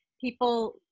People